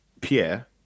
pierre